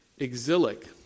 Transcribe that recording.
Exilic